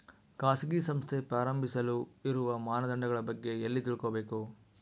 ಖಾಸಗಿ ಸಂಸ್ಥೆ ಪ್ರಾರಂಭಿಸಲು ಇರುವ ಮಾನದಂಡಗಳ ಬಗ್ಗೆ ಎಲ್ಲಿ ತಿಳ್ಕೊಬೇಕು?